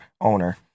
owner